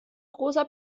großer